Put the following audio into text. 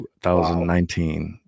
2019